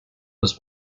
was